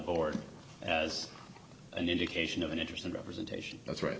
board as an indication of an interest in representation that's right